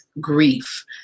grief